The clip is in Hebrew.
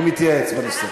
אני מתייעץ בנושא.